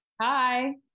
Hi